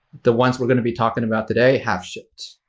the ones we're going to be talking about today have shipped.